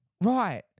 Right